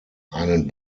einen